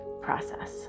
process